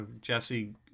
jesse